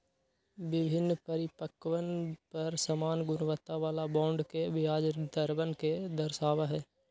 विभिन्न परिपक्वतवन पर समान गुणवत्ता वाला बॉन्ड के ब्याज दरवन के दर्शावा हई